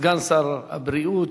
סגן שר הבריאות,